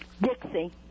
Dixie